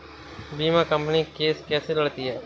बीमा company case कैसे लड़ती है?